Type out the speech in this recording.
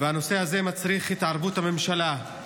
הנושא הזה מצריך התערבות של הממשלה.